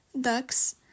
ducks